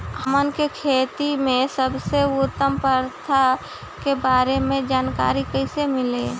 हमन के खेती में सबसे उत्तम प्रथा के बारे में जानकारी कैसे मिली?